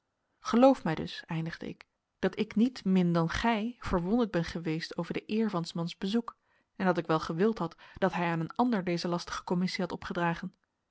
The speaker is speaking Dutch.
geloof mij dus eindigde ik dat ik niet min dan gij verwonderd ben geweest over de eer van s mans bezoek en dat ik wel gewild had dat hij aan een ander deze lastige commissie had opgedragen